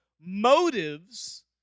motives